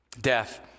death